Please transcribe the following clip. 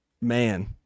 man